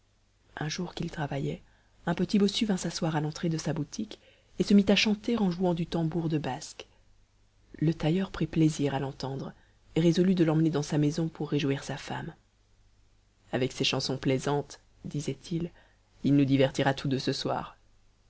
un jour qu'il travaillait un petit bossu vint s'asseoir à l'entrée de sa boutique et se mit à chanter en jouant du tambour de basque le tailleur prit plaisir à l'entendre et résolut de l'emmener dans sa maison pour réjouir sa femme avec ses chansons plaisantes disait-il il nous divertira tous deux ce soir